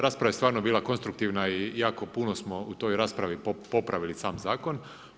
Rasprava je stvarno bila konstruktivna i jako puno smo u toj raspravi popravili sam zakon.